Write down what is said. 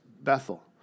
Bethel